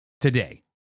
today